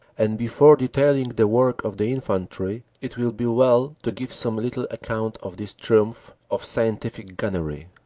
and before detailing the work of the infantry, it will be well to give some little account of this triumph of scientific gunnery.